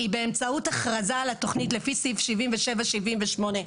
היא באמצעות הכרזה על התוכנית לפי סעיף 77 ו-78.